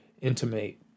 intimate